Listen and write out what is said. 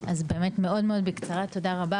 אז באמת, מאוד מאוד בקצרה, תודה רבה.